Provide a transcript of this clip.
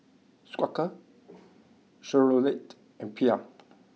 Quaker Chevrolet and Bia